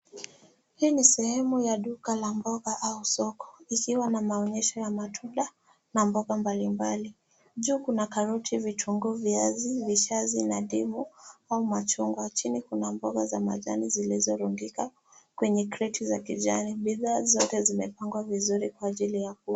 Hii ni sehemu ya duka la mboga au soko ikiwa na maonyesho ya matunda na mboga mbalimbali. Juu kuna karoti, vitunguu, viazi, vishazi, ndimu au machungwa. Chini kuna mboga za majani zilizorundika kwenye kreti za kijani. Bidhaa zote zimepangwa vizuri kwa ajili ya kuuzwa.